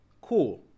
cool